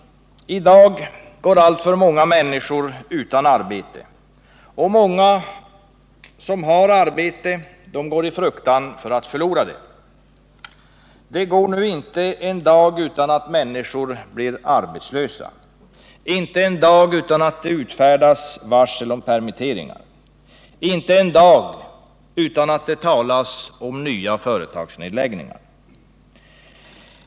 I dag går alltför många människor utan arbete. Och många som har arbete går i fruktan för att förlora det. Det går nu inte en dag utan att människor blir arbetslösa. Inte en dag utan att det utfärdas varsel om permitteringar. Inte en dag utan att det talas om nya företagsnedläggningar.